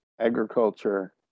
agriculture